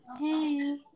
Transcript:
Hey